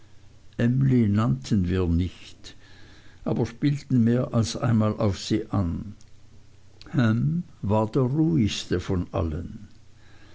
wir nicht aber spielten mehr als einmal auf sie an ham war der ruhigste von uns allen